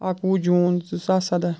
اَکوُہ جوٗن زٕ ساس سَداہ